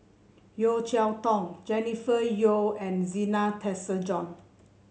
Yeo Cheow Tong Jennifer Yeo and Zena Tessensohn